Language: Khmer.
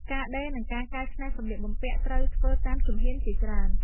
ការដេរ និងការកែច្នៃសម្លៀកបំពាក់ត្រូវធ្វើតាមជំហានជាច្រើន។